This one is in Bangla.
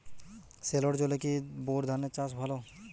সেলোর জলে কি বোর ধানের চাষ ভালো?